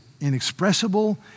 inexpressible